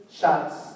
shots